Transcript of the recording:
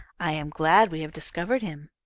i am glad we have discovered him.